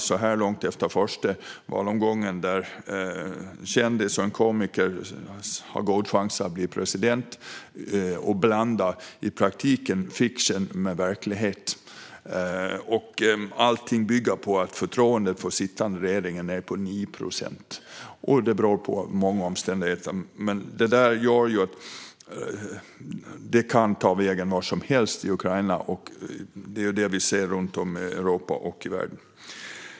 Så här långt, efter den första valutgången, är utfallet att en kändis och komiker har god chans att bli president. I praktiken blandas alltså fiction med verklighet. Allting bygger på att förtroendet för den sittande regeringen ligger på 9 procent, och det beror på många omständigheter. Det här gör att det kan ta vägen vart som helst i Ukraina, och det är det vi också ser runt om i Europa och i världen.